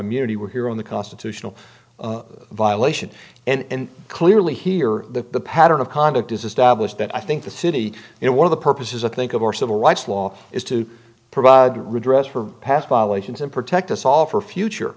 immunity we're here on the constitutional violation and clearly here the pattern of conduct is established that i think the city and one of the purposes i think of our civil rights law is to provide redress for past violations and protect us all for future